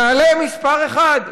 נעלה מספר אחד,